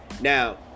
Now